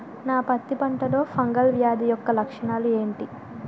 నా పత్తి పంటలో ఫంగల్ వ్యాధి యెక్క లక్షణాలు ఏంటి?